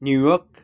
New York